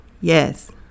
Yes